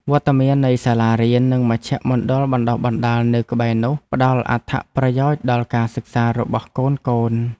វត្តមាននៃសាលារៀន និងមជ្ឈមណ្ឌលបណ្តុះបណ្តាលនៅក្បែរនោះ ផ្តល់អត្ថប្រយោជន៍ដល់ការសិក្សារបស់កូនៗ។